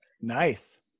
Nice